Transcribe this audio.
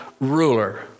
ruler